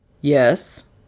Yes